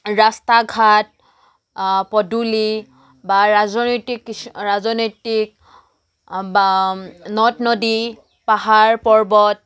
ৰাস্তা ঘাট পদূলি বা ৰাজনৈতিক কিছু ৰাজনৈতিক বা নদ নদী পাহাৰ পৰ্বত